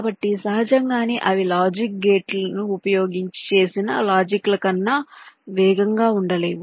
కాబట్టి సహజంగానే అవి లాజిక్ గేట్లను ఉపయోగించి చేసిన లాజిక్ ల కన్నా వేగంగా ఉండలేవు